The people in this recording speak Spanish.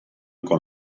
con